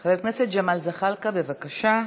חבר הכנסת ג'מאל זחאלקה, בבקשה.